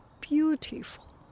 beautiful